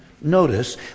Notice